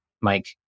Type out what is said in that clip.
Mike